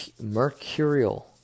mercurial